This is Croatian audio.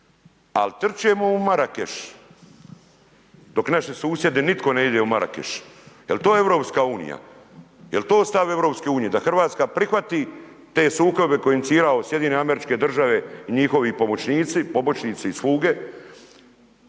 Al trčemo u Marakeš dok naši susjedi nitko ne ide u Marakeš, jel to EU, jel to stav EU, da Hrvatska prihvati te sukobe koje je inicirao SAD i njihovi pomoćnici, pobočnici i sluge